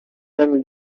than